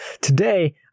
Today